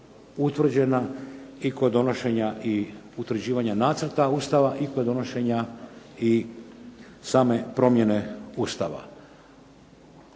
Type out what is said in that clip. utvrđena i kod donošenja i utvrđivanja nacrta Ustava i kod donošenja i same promjene Ustava.